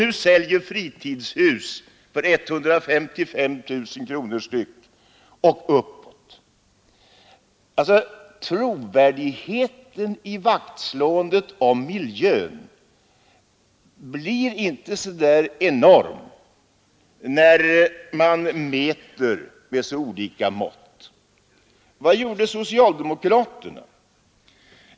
Nu säljer man fritidshus för 155 000 kronor eller mera per styck. Trovärdigheten i vaktslåendet om miljön blir inte så enormt stor när man mäter med så olika mått. Vad gjorde socialdemokraterna?